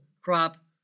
crop